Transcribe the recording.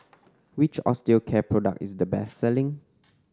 which Osteocare product is the best selling